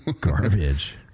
Garbage